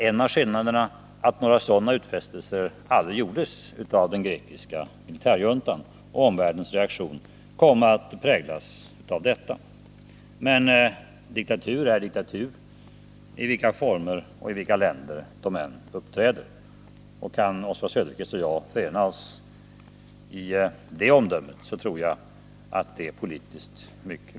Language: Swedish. En av skillnaderna är den att några sådana utfästelser om återgång till demokrati aldrig gjordes av den grekiska militärjuntan. Omvärldens reaktion kom också att präglas av detta. Men diktatur är diktatur, i vilka former och i vilka länder den än uppträder, och jag tror att det politiskt är mycket viktigt om Oswald Söderqvist och jag kan enas i det omdömet.